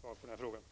Fru talman!